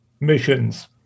missions